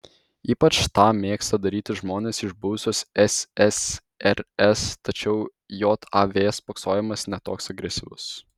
ypač tą mėgsta daryti žmonės iš buvusios ssrs tačiau jav spoksojimas ne toks agresyvus